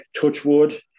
Touchwood